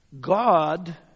God